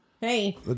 hey